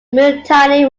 mutiny